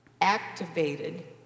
activated